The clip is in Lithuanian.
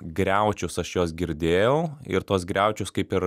griaučius aš juos girdėjau ir tuos griaučius kaip ir